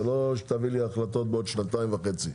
ולא שתביא לי החלטות בעוד שנתיים וחצי.